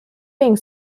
being